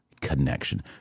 connection